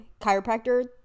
chiropractor